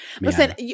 Listen